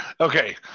Okay